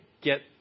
get